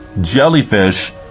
jellyfish